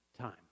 time